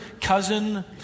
cousin